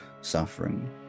suffering